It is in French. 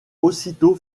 aussitôt